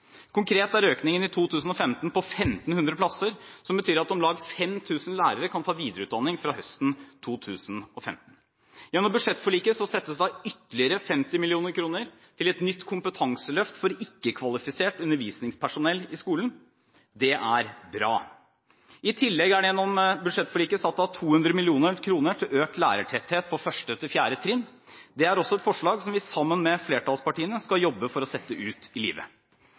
Konkret er økningen i 2015 på 1 500 plasser, som betyr at om lag 5 000 lærere kan ta videreutdanning fra høsten 2015. Gjennom budsjettforliket settes det av ytterligere 50 mill. kr til et nytt kompetanseløft for ikke-kvalifisert undervisningspersonell i skolen. Det er bra. I tillegg er det gjennom budsjettforliket satt av 200 mill. kr til økt lærertetthet på 1.–4. trinn. Dette er også et forslag som vi sammen med flertallspartiene skal jobbe for å sette ut i livet.